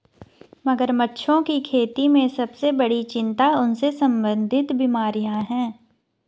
मगरमच्छों की खेती में सबसे बड़ी चिंता उनसे संबंधित बीमारियां हैं?